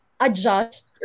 adjust